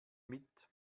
mit